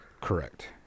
Correct